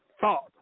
thought